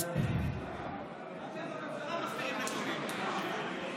אתם מסתירים נתונים.